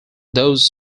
those